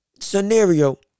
scenario